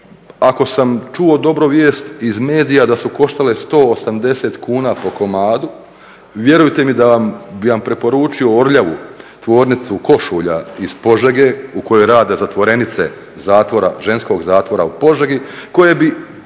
Ako sam čuo dobru vijest iz medija da su koštale 180 kuna po komadu. Vjerujte mi da bi vam preporučio Orljavu tvornicu košulja iz Požege u kojoj rade zatvorenice zatvora, ženskog zatvora u Požegi koje